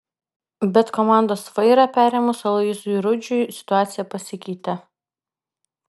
bet komandos vairą perėmus aloyzui rudžiui situacija pasikeitė